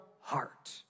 heart